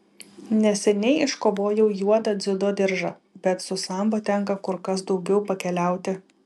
neseniai iškovojau juodą dziudo diržą bet su sambo tenka kur kas daugiau pakeliauti